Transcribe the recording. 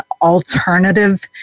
alternative